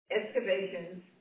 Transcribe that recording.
excavations